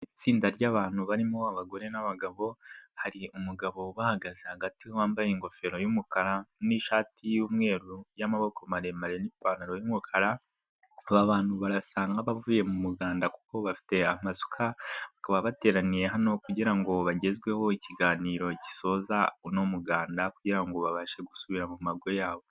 Itsinda ry'abantu barimo abagore n'abagabo, hari umugabo ubahagaze hagati wambaye ingofero yumukara nishati yumweru yamaboko maremare nipantaro yumukara. Aba bantu barasa nkabavuye mu muganda kuko bafite amasuka bakaba bateraniye hano kugirango bagezweho ikiganiro gisoza uno muganda kugirango babashe gusubira mu mago yabo.